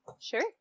Sure